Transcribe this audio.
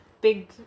big